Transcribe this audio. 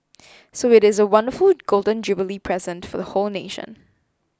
so it is a wonderful Golden Jubilee present for the whole nation